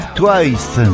twice